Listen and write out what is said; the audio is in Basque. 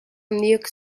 handiok